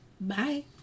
bye